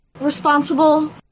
responsible